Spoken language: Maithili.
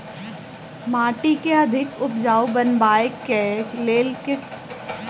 माटि केँ अधिक उपजाउ बनाबय केँ लेल केँ तरहक पोसक खाद केँ उपयोग करि?